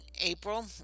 April